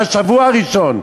על השבוע הראשון.